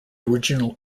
original